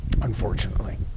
unfortunately